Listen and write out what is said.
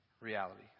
reality